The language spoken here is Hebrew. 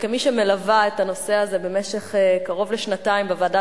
וכמי שמלווה את הנושא הזה במשך קרוב לשנתיים בוועדה